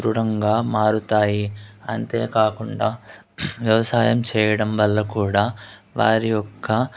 దృఢంగా మారుతాయి అంతేకాకుండా వ్యవసాయం చేయడం వల్ల కూడా వారి యొక్క